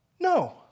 No